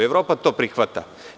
Evropa to prihvata.